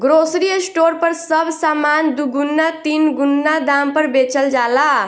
grocery store पर सब सामान दुगुना तीन गुना दाम पर बेचल जाला